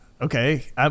okay